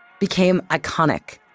became iconic.